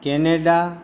Canada